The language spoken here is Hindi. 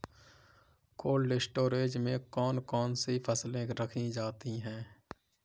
कोल्ड स्टोरेज में कौन कौन सी फसलें रखी जाती हैं?